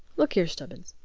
look here, stubbins.